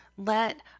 Let